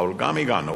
אבל גם הגענו